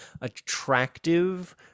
attractive